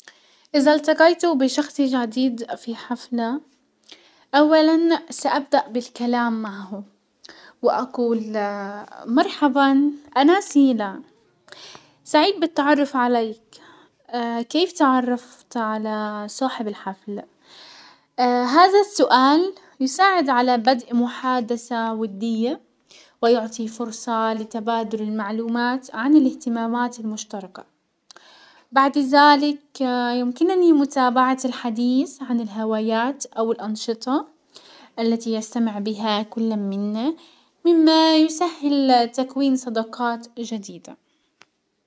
ازا التقيت بشخص جديد في حفلة اولا سابدأ بالكلام معه، واقول مرحبا انا سيلا، سعيد بالتعرف عليك كيف تعرفت على صاحب الحفل، هذا السؤال يساعد على بدء محادثة ودية ويعطي فرصة لتبادل المعلومات عن الاهتمامات المشتركة، بعد زلك يمكنني متابعة الحديث عن الهوايات او الانشطة التي يستمتع بها كلا منا مما يسهل تكوين صداقات جديدة.